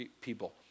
people